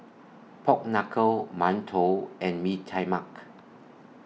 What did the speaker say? Pork Knuckle mantou and Bee Tai Mak